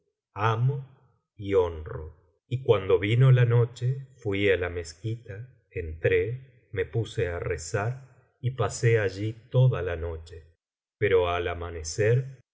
amo y honro y cuando vino la noche fui á la mezquita entré me puse á rezar y pasé allí toda la noche pero al amanecer